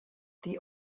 the